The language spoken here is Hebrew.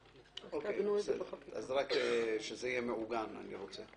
שזה יהיה מעוגן.